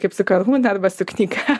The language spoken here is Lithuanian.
kaip su karūna arba su knyga